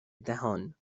دهان